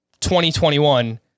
2021